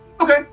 okay